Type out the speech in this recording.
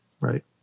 right